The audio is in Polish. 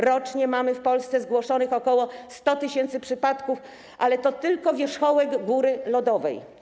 Rocznie mamy w Polsce zgłoszonych ok. 100 tys. przypadków, ale to tylko wierzchołek góry lodowej.